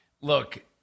Look